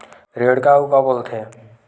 ऋण का अउ का बोल थे?